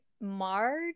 March